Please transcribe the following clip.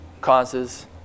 causes